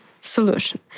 solution